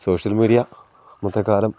social media ഇന്നത്തെക്കാലം